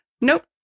nope